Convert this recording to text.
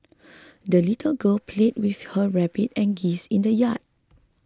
the little girl played with her rabbit and geese in the yard